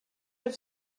have